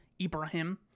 Ibrahim